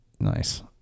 nice